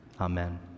Amen